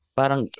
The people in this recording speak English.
parang